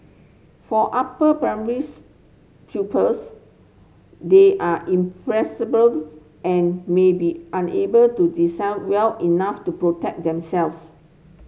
for upper primaries pupils they are and may be unable to discern well enough to protect themselves